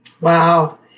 Wow